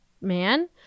man